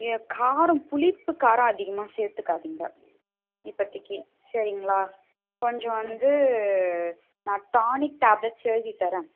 எ காரம் புளிப்பு காரம் அதிகமாக சேர்த்துக்காதிங்க இப்போத்திக்கி சரிங்களா கொஞ்சம் வந்து நான் டானிக் டேப்லட்ஸ் எழுதித்தரேன்